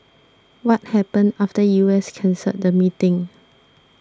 what happened after U S cancelled the meeting